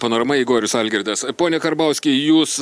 panorama igorius algirdas pone karbauski jūs